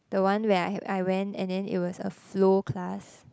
the one where I I went and then it was a slow class